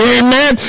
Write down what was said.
amen